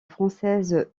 française